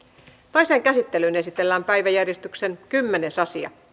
toiseen käsittelyyn esitellään päiväjärjestyksen kymmenes asia